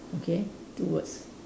okay two words